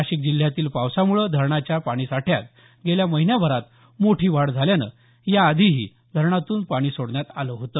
नाशिक जिल्ह्यातील पावसाम्ळं धरणाच्या पाणीसाठ्यात गेल्या महिनाभरात मोठी वाढ झाल्यानं याआधीही धरणातून पाणी सोडण्यात आलं होतं